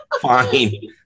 Fine